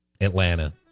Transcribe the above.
Atlanta